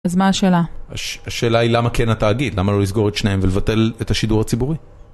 אז מה השאלה? השאלה היא למה כן התאגיד? למה לא לסגור את שניהם ולבטל את השידור הציבורי?